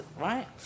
right